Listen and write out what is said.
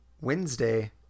Wednesday